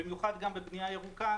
במיוחד גם בבנייה ירוקה,